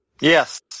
Yes